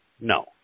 no